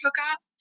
hookup